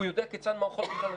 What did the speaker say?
הוא יודע כיצד מערכות מתנהלות.